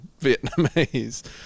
Vietnamese